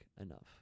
enough